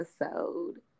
episode